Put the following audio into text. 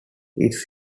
its